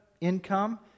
income